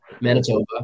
Manitoba